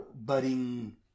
budding